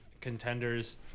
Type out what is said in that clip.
contenders